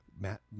Matt